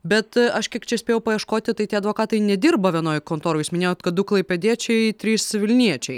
bet aš kiek čia spėjau paieškoti tai tie advokatai nedirba vienoje kontoroj minėjot kad du klaipėdiečiai trys vilniečiai